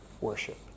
worship